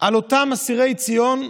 על אותם אסירי ציון,